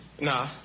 Nah